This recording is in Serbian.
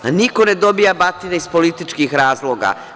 Niko ne dobija batine iz političkih razloga.